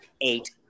eight